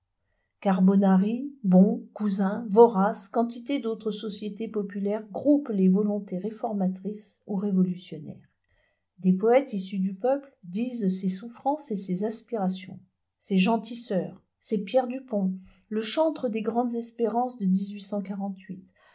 carbonari bons cousins voraces quantité d'autres sociétés populaires groupent les volontés réformatrices ou révolutionnaires des poètes issus du peuple disent ses souffrances et ses aspirations c'est jean tisseur c'est pierre dupont le chantre des grandes espérances de